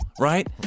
right